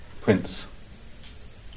prince